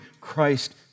Christ